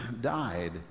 died